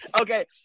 Okay